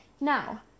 Now